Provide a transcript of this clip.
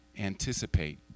Anticipate